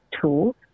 tool